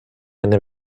eine